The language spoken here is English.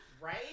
Right